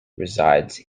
resides